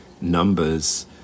numbers